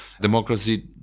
democracy